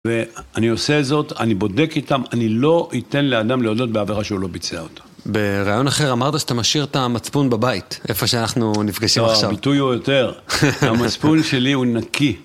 ואני עושה זאת, אני בודק איתם, אני לא אתן לאדם להודות בעברך שהוא לא ביצע אותו. ברעיון אחר, אמרת שאתה משאיר את המצפון בבית, איפה שאנחנו נפגשים עכשיו. טוב, הביטוי הוא יותר. המצפון שלי הוא נקי.